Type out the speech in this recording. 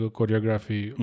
Choreography